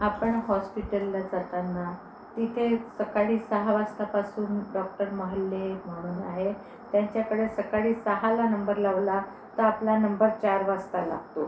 आपण हॉस्पिटलला जाताना तिथे सकाळी सहा वाजतापासून डॉक्टर महल्ले म्हणून आहे त्यांच्याकडे सकाळी सहाला नंबर लावला तर आपला नंबर चार वाजता लागतो